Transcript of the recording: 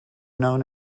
known